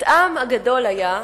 חטאם הגדול היה,